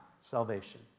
salvation